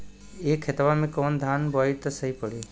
ए खेतवा मे कवन धान बोइब त सही पड़ी?